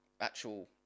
actual